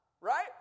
right